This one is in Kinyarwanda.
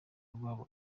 rwabo